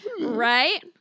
right